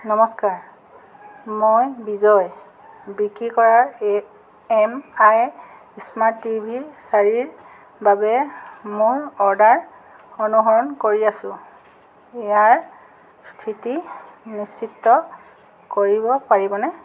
নমস্কাৰ মই বিজয় বিক্ৰী কৰা এই এমআই স্মাৰ্ট টিভি চাৰিৰ বাবে মোৰ অৰ্ডাৰ অনুসৰণ কৰি আছো ইয়াৰ স্থিতি নিশ্চিত কৰিব পাৰিবনে